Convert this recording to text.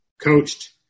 coached